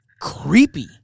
creepy